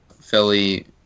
Philly